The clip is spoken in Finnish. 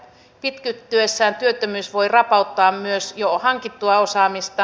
pitkittyessään työttömyys voi rapauttaa myös jo hankittua osaamista